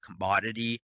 commodity